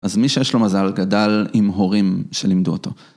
אז מי שיש לו מזל גדל עם הורים שלימדו אותו.